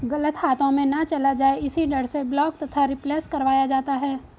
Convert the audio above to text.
गलत हाथों में ना चला जाए इसी डर से ब्लॉक तथा रिप्लेस करवाया जाता है